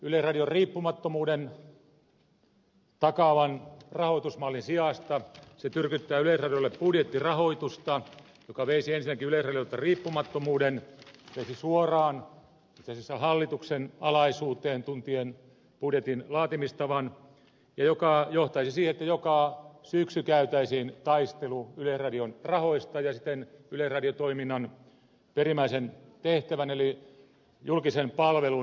tällaisen yleisradion riippumattomuuden takaavan rahoitusmallin sijasta se tyrkyttää yleisradiolle budjettirahoitusta joka veisi ensinnäkin yleisradiolta riippumattomuuden veisi suoraan itse asiassa hallituksen alaisuuteen tuntien budjetin laatimistavan joka johtaisi siihen että joka syksy käytäisiin taistelu yleisradion rahoista ja siten yleisradiotoiminnan perimmäisen tehtävän eli julkisen palvelun laajuudesta